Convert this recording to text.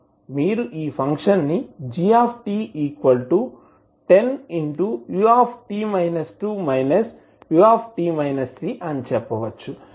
మీరు ఈ function g 10u u అని చెప్పవచ్చు